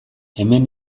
hemen